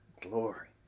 glory